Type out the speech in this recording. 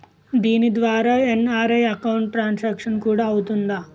దీని ద్వారా NRI account transaction కూడా అవుతుందా?